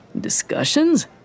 Discussions